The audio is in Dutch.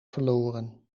verloren